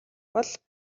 бол